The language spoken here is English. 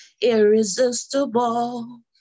irresistible